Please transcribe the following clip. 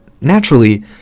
Naturally